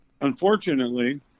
unfortunately